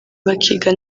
bakiga